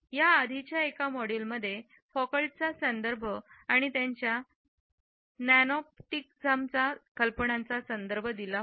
या आधीच्या एका मॉड्यूलमध्ये फुकॉल्टचा संदर्भ आणि त्याच्या पॅनोप्टिकझम कल्पनांचा संदर्भ दिला होता